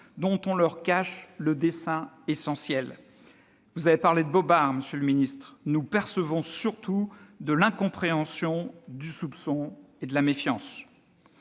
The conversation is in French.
dont on leur cache le dessein essentiel. Vous avez parlé de « bobards », monsieur le ministre ; nous percevons surtout de l'incompréhension, du soupçon et de la méfiance.